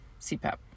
CPAP